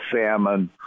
salmon